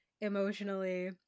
emotionally